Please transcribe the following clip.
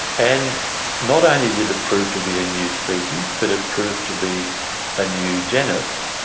and not only did it prove to be a new species but it proved to be a new genus.